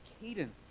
cadence